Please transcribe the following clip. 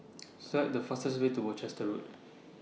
Select The fastest Way to Worcester Road